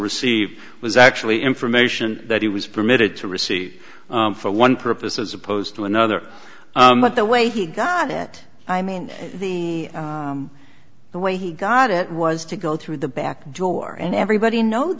received was actually information that he was permitted to receive for one purpose as opposed to another but the way he got it i mean the the way he got it was to go through the back door and everybody know